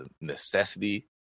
necessity